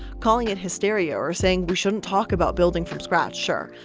calling it hysteria or saying we shouldn't talk about building from scratch sure.